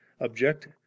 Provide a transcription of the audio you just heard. object